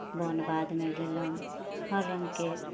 बन बाधमे गेलहुँ हर रङ्गके